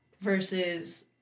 versus